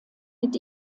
mit